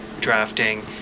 drafting